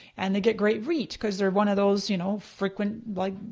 and they get great reach, because they're one of those you know frequent like,